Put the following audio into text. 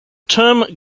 term